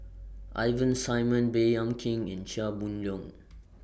Ivan Simson Baey Yam Keng and Chia Boon Leong